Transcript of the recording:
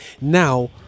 Now